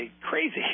Crazy